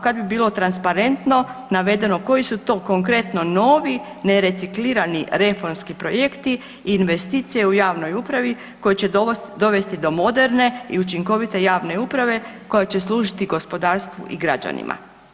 Kad bi bilo transparentno navedeno koji su to konkretno novi nereciklirani reformski projekti i investicije u javnoj upravi koji će dovesti do moderne i učinkovite javne uprave koja će služiti gospodarstvu i građanima.